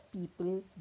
people